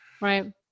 right